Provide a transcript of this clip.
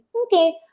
Okay